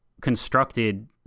constructed